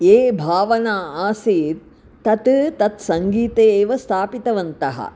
ये भावना आसीत् तत् तत्सङ्गीते एव स्थापितवन्तः